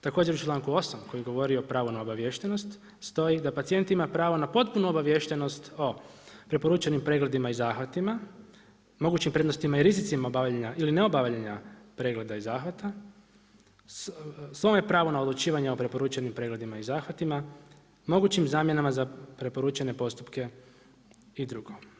Također u članku 8. koji govori o pravu na obaviještenost stoji da pacijent ima pravo na potpunu obaviještenost o preporučenim pregledima i zahvatima, mogućim prednostima i rizicima obavljanja ili ne obavljanja pregleda i zahvata, slobodno pravo na odlučivanje o preporučenim pregledima i zahvatima, mogućim zamjenama za preporučene postupke i drugo.